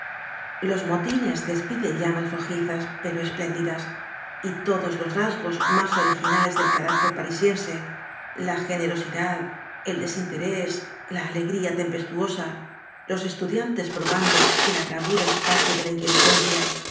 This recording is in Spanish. los motines despiden llamas rojizas pero espléndidas y todos los rasgos mas originales del carácter parisiense la generosidad el desinterés la alegría tempestuosa los estudiantes probando que la bravura es parte de la inteligencia